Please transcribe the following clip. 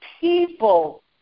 people